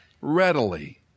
readily